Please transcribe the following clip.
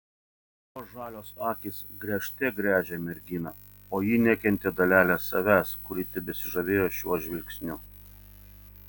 jo žalios akys gręžte gręžė merginą o ji nekentė dalelės savęs kuri tebesižavėjo šiuo žvilgsniu